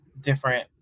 different